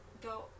go